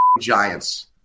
Giants